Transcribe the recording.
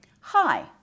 Hi